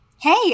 Hey